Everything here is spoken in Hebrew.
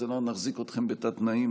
אז נחזיק אתכם בתת-תנאים.